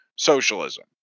Socialism